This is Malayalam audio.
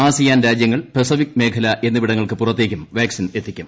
ആസിയാൻ രാജ്യങ്ങൾ പസഫിക് മേഖല എന്നിവിടങ്ങൾക്ക് പുറത്തേക്കും വാക്സിൻ എത്തിക്കും